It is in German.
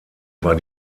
war